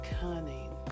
cunning